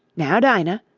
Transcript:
now, dinah,